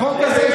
החוק הזה,